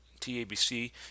TABC